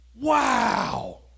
wow